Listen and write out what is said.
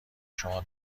شما